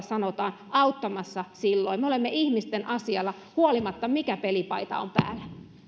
sanotaan auttamassa silloin me olemme ihmisten asialla huolimatta siitä mikä pelipaita on päällä